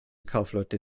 kaufleute